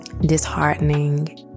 disheartening